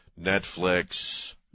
Netflix